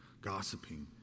gossiping